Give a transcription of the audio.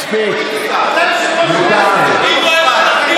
מספיק, מותר לי.